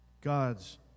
God's